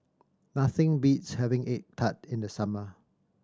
nothing beats having egg tart in the summer